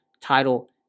title